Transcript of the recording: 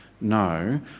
No